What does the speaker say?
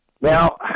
Now